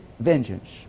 vengeance